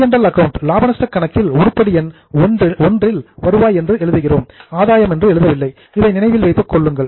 B and L account லாப நஷ்டக் கணக்கில் உருப்படி எண் I இல் வருவாய் என்று எழுதுகிறோம் ஆதாயம் என்று எழுதுவதில்லை இதை நினைவில் வைத்துக் கொள்ளுங்கள்